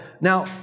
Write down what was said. Now